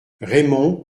raymond